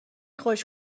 خوش